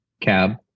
cab